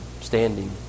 standing